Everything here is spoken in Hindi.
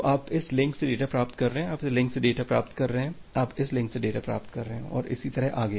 तो आप इस लिंक से डेटा प्राप्त कर रहे हैं आप इस लिंक से डेटा प्राप्त कर रहे हैं आप इस लिंक से डेटा प्राप्त कर रहे हैं और इसी तरह आगे